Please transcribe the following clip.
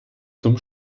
zum